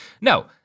no